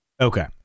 Okay